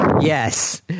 Yes